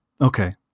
Okay